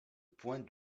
point